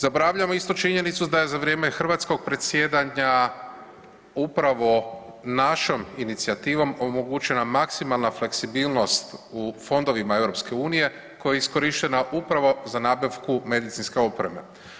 Zaboravljamo isto činjenicu da je za vrijeme hrvatskog predsjedanja upravo našom inicijativom omogućena maksimalna fleksibilnost u fondovima EU koja je iskorištena upravo za nabavku medicinske opreme.